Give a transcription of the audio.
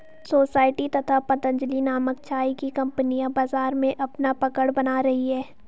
society तथा पतंजलि नामक चाय की कंपनियां बाजार में अपना पकड़ बना रही है